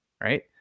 Right